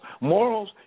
Morals